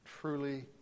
truly